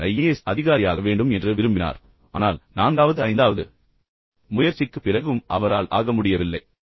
தந்தை ஒரு ஐஏஎஸ் அதிகாரியாக வேண்டும் என்று விரும்பினார் ஆனால் நான்காவது ஐந்தாவது முயற்சிக்குப் பிறகும் அவரால் ஆக முடியவில்லை